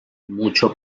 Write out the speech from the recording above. mucho